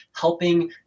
helping